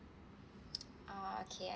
ah okay